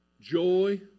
joy